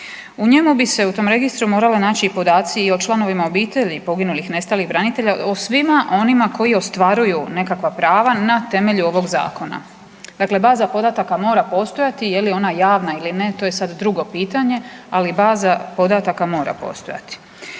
U njemu bi se u tom registru morali naći i podaci o članovima obitelji poginulih, nestalih branitelja, o svima onima koji ostvaruju nekakva prava na temelju ovog Zakona. Dakle baza podataka mora postojati. Je li ona javna ili ne to je sada drugo pitanje, ali baza podataka mora postojati.